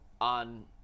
on